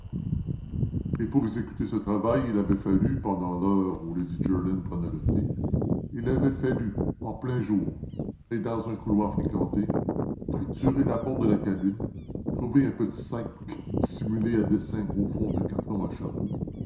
et pour exécuter ce travail il avait fallu pendant l'heure où lady jerland prenait le thé il avait fallu en plein jour et dans un couloir fréquenté fracturer la porte de la cabine trouver un petit sac dissimulé à dessein au fond d'un carton à chapeau